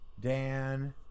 Dan